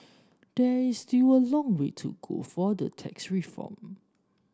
there is still a long way to go for the tax reform